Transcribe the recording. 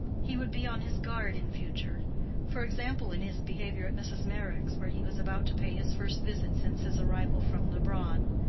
he would be on his guard in future for example, in his behavior at mrs. meyrick's, where he was about to pay his first visit since his arrival from leubronn.